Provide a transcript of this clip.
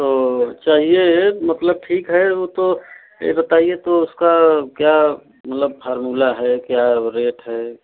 तो चाहिए मतलब ठीक है वह तो यह बताइए तो उसका क्या मतलब फार्मूला है क्या रेट है